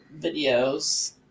videos